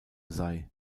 sei